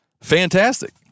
Fantastic